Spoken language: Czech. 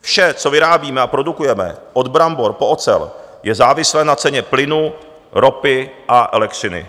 Vše, co vyrábíme a produkujeme, od brambor po ocel, je závislé na ceně plynu, ropy a elektřiny.